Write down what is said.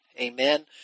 Amen